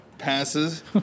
passes